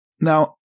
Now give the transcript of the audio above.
Now